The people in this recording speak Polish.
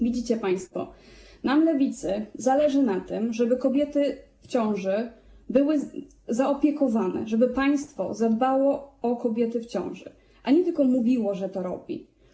Widzicie państwo, że nam, Lewicy, zależy na tym, żeby kobietami w ciąży się opiekowano, żeby państwo zadbało o kobiety w ciąży, a nie tylko mówiło, że to robi.